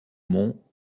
mont